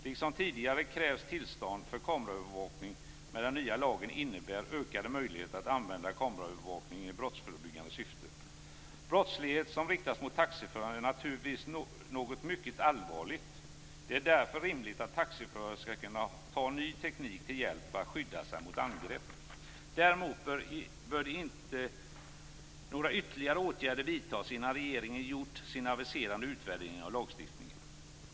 Liksom tidigare krävs tillstånd för kameraövervakning, men den nya lagen innebär ökade möjligheter att använda kameraövervakning i brottsförebyggande syfte. Brottslighet som riktas mot taxiförare är naturligtvis något mycket allvarligt. Det är därför rimligt att taxiförare skall kunna ta ny teknik till hjälp för att skydda sig mot angrepp. Däremot bör inte några ytterligare åtgärder vidtas innan regeringen gjort sin aviserade utvärdering av lagstiftningen.